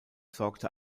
sorgte